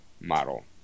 model